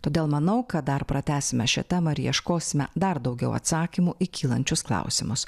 todėl manau kad dar pratęsime šią temą ir ieškosime dar daugiau atsakymų į kylančius klausimus